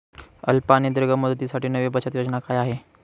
अल्प आणि दीर्घ मुदतीसाठी नवी बचत योजना काय आहे?